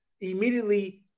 immediately